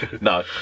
no